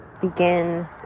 Begin